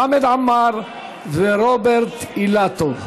חמד עמאר ורוברט אילטוב.